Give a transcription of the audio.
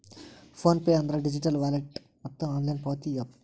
phone pay ಅಂದ್ರ digital wallet ಮತ್ತ online ಪಾವತಿ ಯಾಪ್